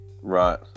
Right